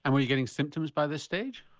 and were you getting symptoms by this stage?